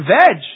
veg